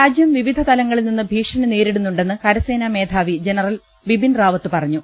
രാജ്യം വിവിധ ത്ലങ്ങളിൽ നിന്ന് ഭീഷണി നേരിടുന്നുണ്ടെന്ന് കരസേനാ മേധാവി ജ്നറൽ ബിപിൻ റാവത്ത് പറഞ്ഞു